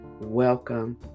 Welcome